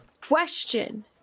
Question